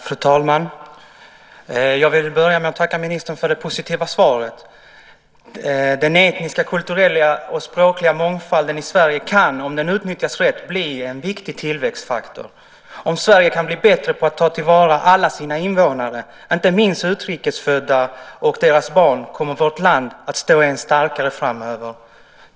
Fru talman! Jag vill börja med att tacka ministern för det positiva svaret. Den etniska, kulturella och språkliga mångfalden i Sverige kan, om den utnyttjas rätt, bli en viktig tillväxtfaktor. Om Sverige kan bli bättre på att ta till vara alla sina invånare - inte minst utrikesfödda och deras barn - kommer vårt land att stå än starkare framöver.